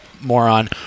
moron